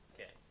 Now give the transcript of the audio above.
Okay